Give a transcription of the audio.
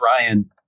Ryan